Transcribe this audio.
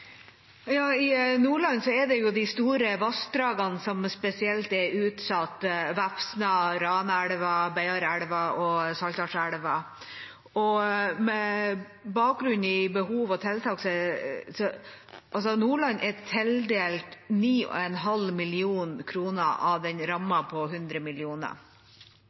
I Nordland er de store vassdragene spesielt utsatt, Vefsna, Ranelva, Beiarelva og Saltdalselva. Med bakgrunn i behov og tiltak er Nordland tildelt 9,5 mill. kr av rammen på 100